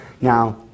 Now